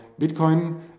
Bitcoin